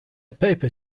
paper